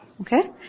Okay